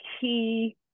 key